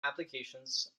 applications